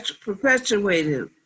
perpetuated